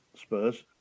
Spurs